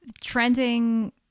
Trending